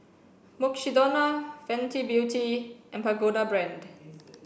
Mukshidonna Fenty Beauty and Pagoda Brand